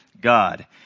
God